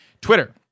Twitter